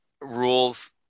rules